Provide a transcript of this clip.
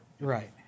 Right